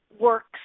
works